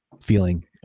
feeling